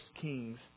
Kings